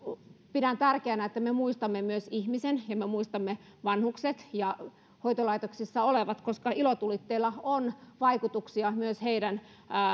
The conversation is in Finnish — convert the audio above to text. pidän tärkeänä että me muistamme myös ihmisen ja me muistamme vanhukset ja hoitolaitoksissa olevat koska ilotulitteilla on vaikutuksia myös heidän